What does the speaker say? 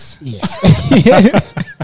Yes